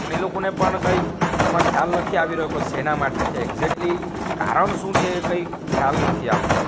પણ એ લોકોને પણ કંઈક આમાં ખ્યાલ નથી આવી રહ્યો કે શેના માટે છે એક્જેટ્લી કારણ શું છે કંઈ ખ્યાલ નથી આવતો